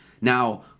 Now